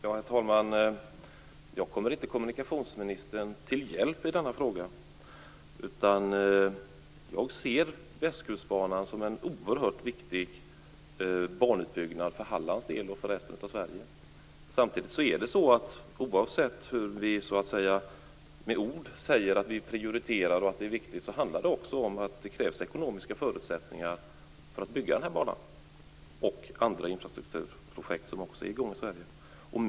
Fru talman! Jag kommer inte kommunikationsministern till hjälp i denna fråga. Jag ser Västkustbanan som en oerhört viktig banutbyggnad för både Hallands och resten av Sveriges del. Samtidigt handlar det om, oavsett hur mycket vi med ord säger att vi prioriterar och hur viktigt det är, att det krävs ekonomiska förutsättningar för att bygga banan och andra infrastrukturprojekt som är i gång i Sverige.